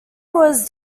was